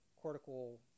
cortical